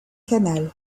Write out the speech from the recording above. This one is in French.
canal